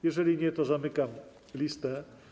Jeżeli nie, to zamykam listę.